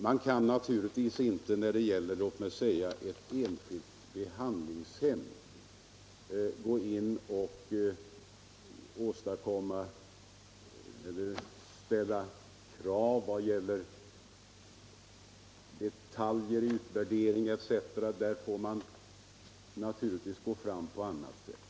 Man kan naturligtvis inte när det gäller ett enskilt behandlingshem gå in och ställa krav vad gäller detaljer i utvärdering etc., utan där får man gå fram på annat sätt.